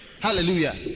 Hallelujah